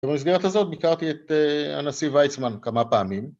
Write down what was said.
במסגרת הזאת, ביקרתי את הנשיא ויצמן כמה פעמים.